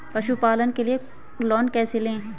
पशुपालन के लिए लोन कैसे लें?